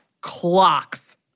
clocks